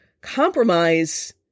compromise